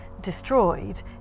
destroyed